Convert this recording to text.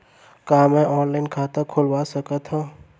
का मैं ऑनलाइन खाता खोलवा सकथव?